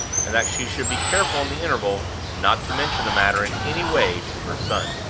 and that she should be careful in the interval not to mention the matter in any way to her son.